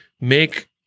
make